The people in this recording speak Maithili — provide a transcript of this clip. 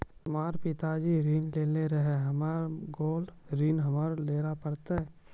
हमर पिताजी ऋण लेने रहे मेर गेल ऋण हमरा देल पड़त?